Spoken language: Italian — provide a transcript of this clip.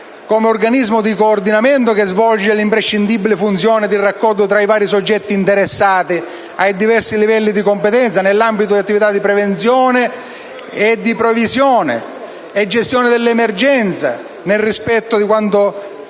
dell'organismo di coordinamento, che svolge imprescindibili funzioni di raccordo tra i vari soggetti interessati ai diversi livelli di competenza nell'ambito delle attività di previsione, prevenzione e gestione dell'emergenza, nel rispetto di quanto disposto